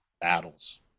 battles